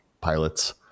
pilots